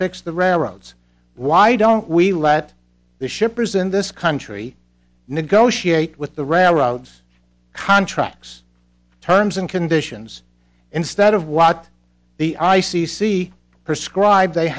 fix the railroads why don't we let the shippers in this country negotiate with the railroads contracts terms and conditions instead of what the i c c her scribed they